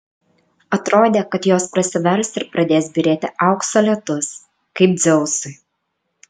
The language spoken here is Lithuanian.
atrodė kad jos prasivers ir pradės byrėti aukso lietus kaip dzeusui